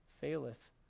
faileth